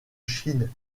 chine